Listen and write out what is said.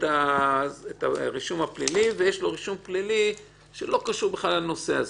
ולמועמד יש רישום פלילי שלא קשור בכלל לנושא הזה.